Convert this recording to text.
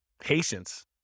Patience